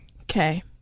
Okay